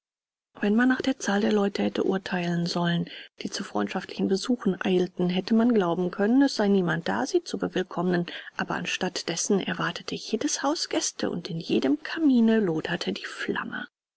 wenn man nach der zahl der leute hätte urteilen wollen die zu freundschaftlichen besuchen eilten hätte man glauben können es sei niemand da sie zu bewillkommnen aber anstatt dessen erwartete jedes haus gäste und in jedem kamine loderte die flamme